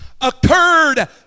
occurred